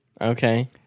okay